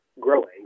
growing